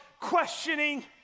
questioning